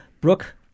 Brooke